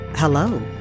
Hello